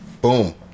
boom